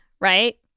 right